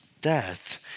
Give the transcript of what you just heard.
death